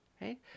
right